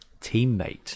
teammate